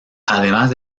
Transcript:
además